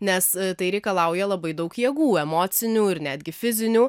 nes tai reikalauja labai daug jėgų emocinių ir netgi fizinių